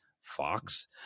Fox